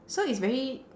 so it's very